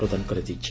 ପ୍ରଦାନ କରାଯାଇଛି